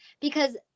because-